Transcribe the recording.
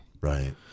Right